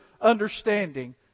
understanding